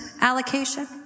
allocation